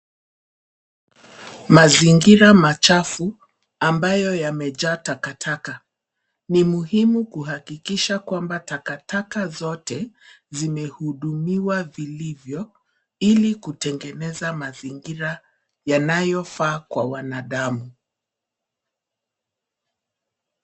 Mazingira machafu ambayo yamejaa takataka. Ni muhimu kuhakikisha kwamba takataka zote zimehudumiwa vilivyo, ili kutengeneza mazingira yanayofaa kwa wanadamu.